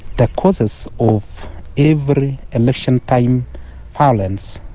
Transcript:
the causes of every election time violence,